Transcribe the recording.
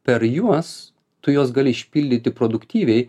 per juos tu juos gali išpildyti produktyviai